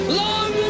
long